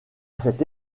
cette